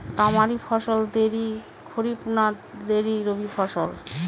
তামারি ফসল দেরী খরিফ না দেরী রবি ফসল?